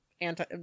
anti-